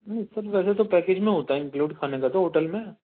ویسے تو پیکیج میں ہوتا ہے انکلوڈ کھانے کا تو ہوٹل میں